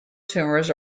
tumors